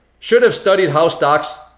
should have studied how stocks,